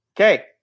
Okay